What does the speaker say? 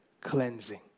cleansing